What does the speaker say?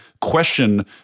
question